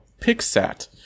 Pixat